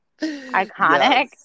Iconic